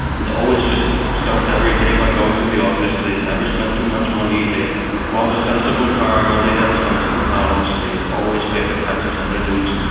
always just started every day by going to the office, they never spent too much money, they bought a sensible car, they had a sensible house, they had always paid their taxes and their dues,